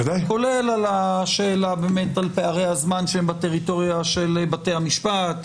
כולל באמת על השאלה על פערי הזמן שהם בטריטוריה של בתי המשפט,